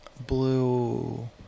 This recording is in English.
blue